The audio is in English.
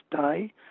day